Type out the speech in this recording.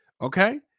okay